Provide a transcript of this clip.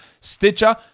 Stitcher